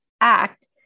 act